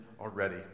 already